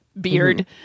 beard